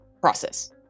process